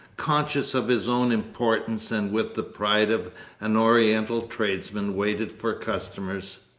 conscious of his own importance and with the pride of an oriental tradesman, waited for customers.